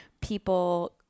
people